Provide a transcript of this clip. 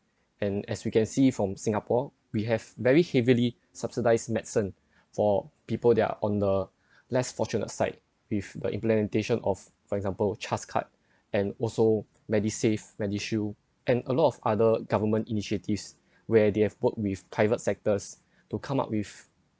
and as you can see from singapore we have very heavily subsidised medicine for people there on the less fortunate side with the implementation of for example chas card and also medisave medishield and a lot of other government initiatives where they have worked with private sectors to come up with